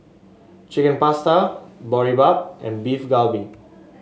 Chicken Pasta Boribap and Beef Galbi